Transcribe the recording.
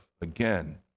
Again